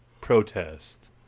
protest